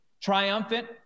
triumphant